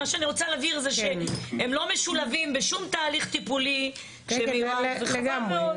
מה שאני רוצה להבהיר זה שהם לא משולבים בשום תהליך טיפולי וחבל מאוד,